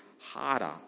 harder